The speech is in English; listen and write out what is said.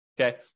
okay